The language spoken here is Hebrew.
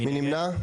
מי נמנע?